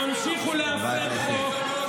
תמשיכו להפר חוק,